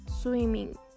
swimming